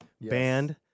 band